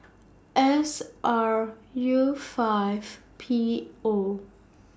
S R U five P O